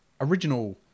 original